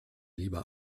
lieber